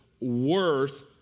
worth